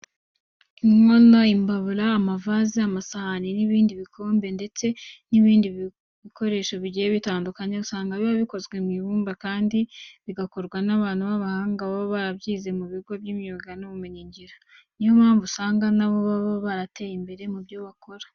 Inkono, imbabura, amavaze, amasahani, ibibindi, ibikombe ndetse n'ibindi bikoresho bigiye bitandukanye usanga biba byakozwe mu ibumba kandi bigakorwa n'abantu b'abahanga baba barabyize mu bigo by'imyuga n'ubumenyingiro. Ni yo mpamvu usanga na bo baba barateye imbere mu byo bakora.